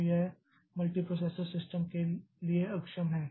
तो यह multiprocessor system के लिए अक्षम है